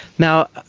now,